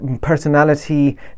personality